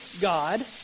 God